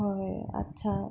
হয় আচ্ছা